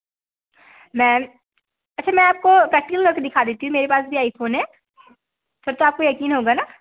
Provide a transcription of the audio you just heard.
ma'am अच्छा मैं आपको प्रेक्टिकल करके दिखा देती हूँ मेरे पास भी आई फ़ोन है फिर तो आपको यकीन होगा ना